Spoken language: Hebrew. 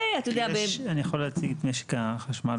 אני יכול להציג את משק החשמל.